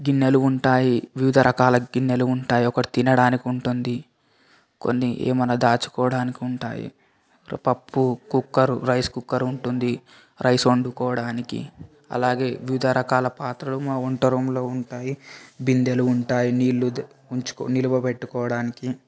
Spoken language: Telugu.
గిన్నెలు ఉంటాయి వివిధ రకాల గిన్నెలు ఉంటాయి ఒకరు తినడానికుంటుంది కొన్ని ఏమన్నా దాచుకోవడానికుంటాయి పప్పు కుక్కరు రైస్ కుక్కరు ఉంటుంది రైస్ వండుకోడానికి అలాగే వివిధ రకాల పాత్రలు మా వంట రూములో ఉంటాయి బిందెలు ఉంటాయి నీళ్లు దిం ఉంచు నిలవపెట్టుకోడానికి